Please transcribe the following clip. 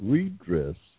Redress